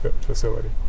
facility